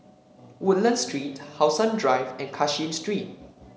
Woodlands Street How Sun Drive and Cashin Street